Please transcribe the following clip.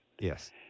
Yes